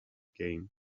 game